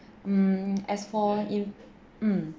mm as for in~ mm